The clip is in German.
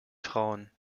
frauen